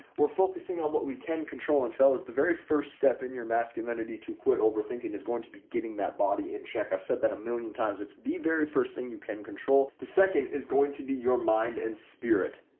we're focusing on what we can control and fellas, the very first step in your masculinity to quit overthinking is going to be getting that body in check. i've said that a million times, it's the very first thing you can control. the second is going to be your mind and spirit.